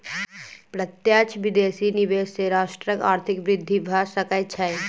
प्रत्यक्ष विदेशी निवेश सॅ राष्ट्रक आर्थिक वृद्धि भ सकै छै